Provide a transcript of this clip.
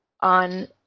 on